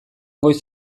goiz